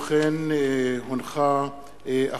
לפי סעיף 121 לתקנון הכנסת,